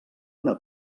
una